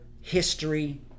history